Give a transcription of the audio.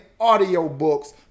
audiobooks